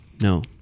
No